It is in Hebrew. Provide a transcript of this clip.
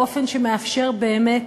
באופן שמאפשר באמת